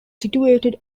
situated